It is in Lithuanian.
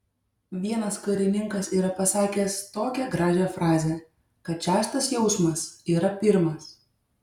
vienas karininkas yra pasakęs tokią gražią frazę kad šeštas jausmas yra pirmas